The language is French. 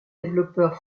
développeurs